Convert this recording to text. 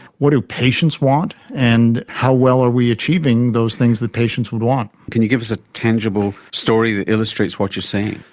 what do patients want and how well are we achieving those things that patients would want. can you give us a tangible story that illustrates what you are saying?